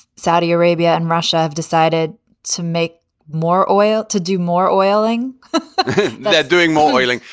saudi arabia and russia have decided to make more oil, to do more oiling they're doing more waling.